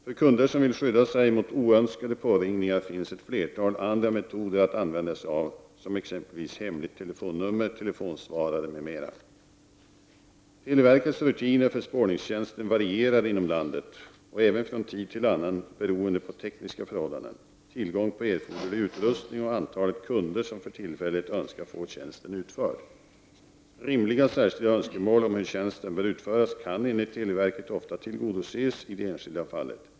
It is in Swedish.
För kunder som vill skydda sig mot oönskade påringningar finns ett flertal andra metoder att använda sig av — hemligt telefonnummer, telefonsvarare m.m. Televerkets rutiner för spårningstjänsten varierar inom landet och även från tid till annan beroende på tekniska förhållanden, tillgång på erforderlig utrustning och antalet kunder som för tillfället önskar få tjänsten utförd. Rimliga särskilda önskemål om hur tjänsten bör utföras kan enligt televerket ofta tillgodoses i det enskilda fallet.